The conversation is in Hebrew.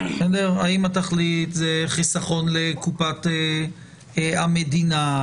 האם התכלית היא חיסכון לקופת המדינה?